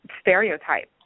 stereotype